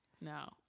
No